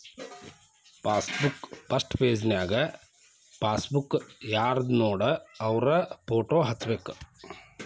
passbook first ಪೆಜನ್ಯಾಗ passbook ಯಾರ್ದನೋಡ ಅವ್ರ ಫೋಟೋ ಹಚ್ಬೇಕ್